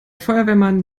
feuerwehrmann